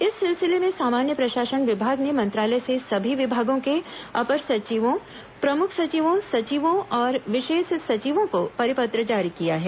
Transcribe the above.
इस सिलसिले में सामान्य प्रशासन विभाग ने मंत्रालय से सभी विभागों के अपर मुख्य सचिवों प्रमुख सचिवों सचिवों और विशेष सचिवों को परिपत्र जारी किया है